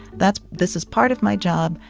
that this is part of my job,